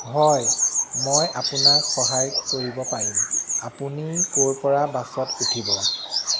হয় মই আপোনাক সহায় কৰিব পাৰিম আপুনি ক'ৰপৰা বাছত উঠিব